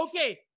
Okay